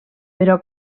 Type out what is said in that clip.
però